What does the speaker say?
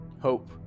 Hope